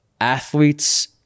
athletes